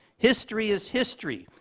history is history.